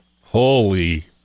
Holy